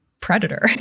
predator